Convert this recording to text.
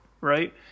right